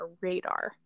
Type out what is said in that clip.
radar